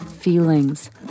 feelings